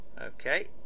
Okay